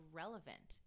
relevant